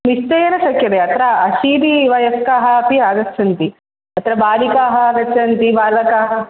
निश्चयेन शक्यते अत्र अशीतिवयस्काः अपि आगच्छन्ति अत्र बालिकाः आगच्छन्ति बालकाः